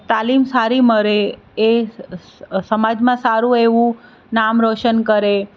તાલીમ સારી મરે એ સમાજમાં સારું એવું નામ રોશન કરે